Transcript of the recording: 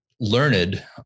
learned